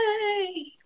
Yay